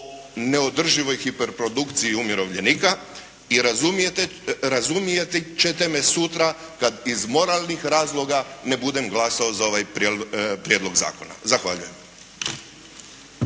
neodrživoj hiperprodukciji umirovljenika i razumijeti ćete me sutra kad iz moralnih razloga ne budem glasao za ovaj prijedlog zakona. Zahvaljujem.